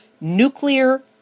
Nuclear